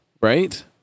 right